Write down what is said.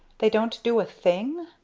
they don't do a thing?